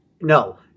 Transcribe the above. No